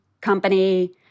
company